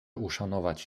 uszanować